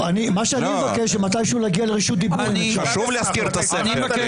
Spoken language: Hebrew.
חשוב להזכיר את הספר.